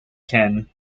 can